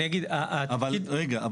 רגע,